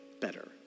better